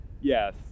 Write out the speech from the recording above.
Yes